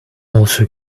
also